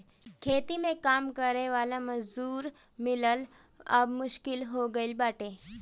खेती में काम करे वाला मजूर मिलल अब मुश्किल हो गईल बाटे